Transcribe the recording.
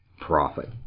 profit